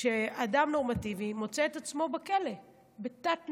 שאדם נורמטיבי מוצא את עצמו בכלא בתת-תנאים,